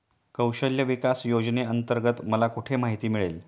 कौशल्य विकास योजनेअंतर्गत मला कुठे माहिती मिळेल?